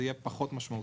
זה יהיה פחות משמעותי.